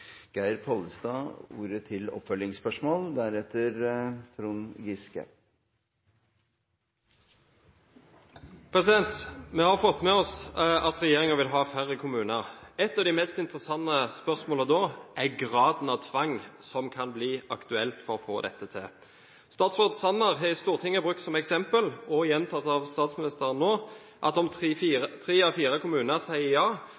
har fått med oss at regjeringen vil ha færre kommuner. Et av de mest interessante spørsmålene da er graden av tvang som kan bli aktuell for å få dette til. Statsråd Sanner har i Stortinget brukt som eksempel – og det er gjentatt av statsministeren nå – at om tre av fire kommuner sier ja,